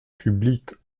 publique